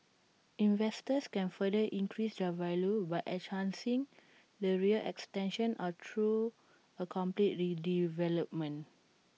investors can further increase their value by enhancing the rear extension or through A complete redevelopment